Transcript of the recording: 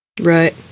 Right